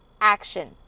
action